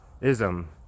ism